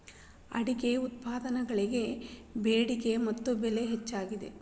ಅಡಿಕೆ ಉತ್ಪನ್ನಗಳಿಗೆ ಬೆಡಿಕೆ ಮತ್ತ ಬೆಲೆ ಹೆಚ್ಚಾಗಿದೆ